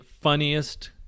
funniest